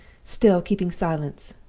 still keeping silence,